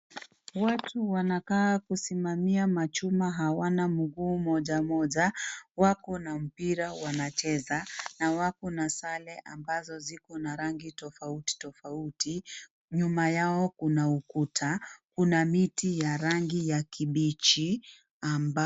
Watu wanakaa kusimamia machuma hawana mguu moja moja. Wako na mpira wanacheza na wako na sare ambazo ziko na rangi tofauti tofauti. Nyuma yao kuna ukuta. Kuna miti ya rangi ya kibichi.